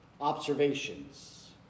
observations